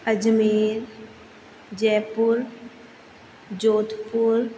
Ajmer Jaipur Jodhpur